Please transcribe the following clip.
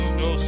no